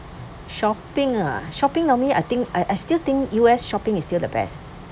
shopping ah shopping normally I think I I still think U_S shopping is still the best